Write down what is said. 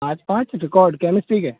पाँच पाँच record chemistry के